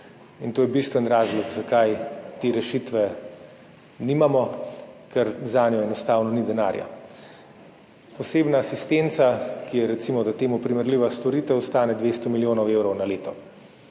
In to je bistveni razlog, zakaj te rešitve nimamo – ker zanjo enostavno ni denarja. Osebna asistenca, ki je recimo, da temu primerljiva storitev, stane 200 milijonov evrov na leto.